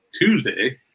Tuesday